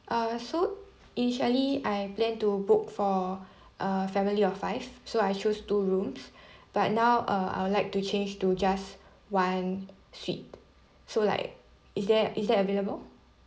uh so initially I plan to book for uh family of five so I choose two rooms but now uh I would like to change to just one suite so like is there is that available